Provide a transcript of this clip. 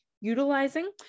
utilizing